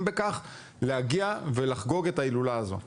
בכך להגיע ולחגוג את ההילולה הזו.